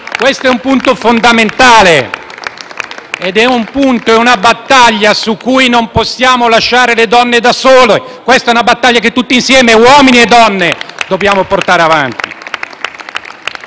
Questo è un punto fondamentale. È una battaglia in cui non possiamo lasciare le donne da sole: è una battaglia che tutti insieme, uomini e donne, dobbiamo portare avanti.